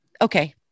okay